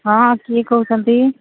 ହଁ କିଏ କହୁଛନ୍ତି